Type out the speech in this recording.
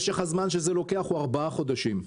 משך הזמן שזה לוקח הוא ארבעה חודשים,